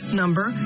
number